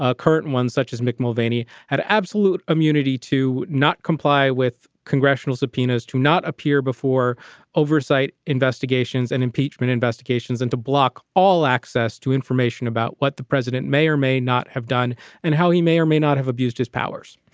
ah curt ones such as mick mulvaney, had absolute immunity to not comply with congressional subpoenas, to not appear before oversight investigations and impeachment investigations, and to block all access to information about what the president may or may not have done and how he may or may not have abused his powers